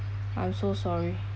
I'm so sorry